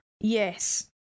Yes